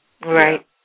Right